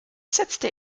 setzte